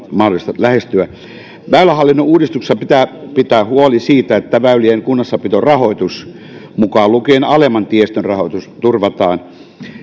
mahdollista lähestyä väylähallinnon uudistuksessa pitää pitää huoli siitä että väylien kunnossapitorahoitus mukaan lukien alemman tiestön rahoitus turvataan